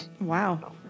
Wow